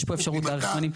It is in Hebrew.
יש פה אפשרות להאריך זמנים,